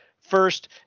first